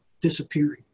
disappearing